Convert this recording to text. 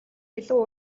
илүү